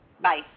Bye